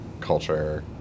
culture